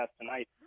tonight